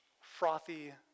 Frothy